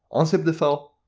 unzip the file.